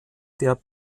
der